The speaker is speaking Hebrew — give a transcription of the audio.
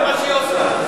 זה מה שהיא עושה.